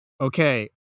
Okay